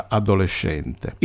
adolescente